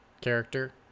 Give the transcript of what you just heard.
character